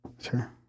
Sure